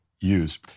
use